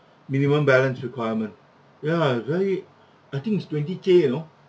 minimum balance requirement ya very I think it's twenty K you know